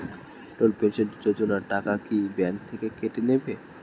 অটল pension Yojana টাকা কি bank থেকে কেটে নেবে?